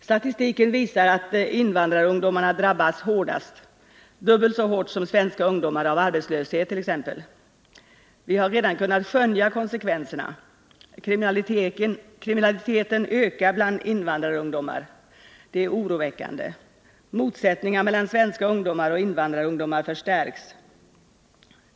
Statistiken visar att invandrarungdomarna drabbas hårdast — dubbelt så hårt som svenska ungdomar — av arbetslöshet t.ex. Vi har redan kunnat skönja konsekvenserna. Kriminaliteten ökar bland invandrarungdomar. Detta är oroväckande. Motsättningarna mellan svenska ungdomar och invandrarungdomar förstärks.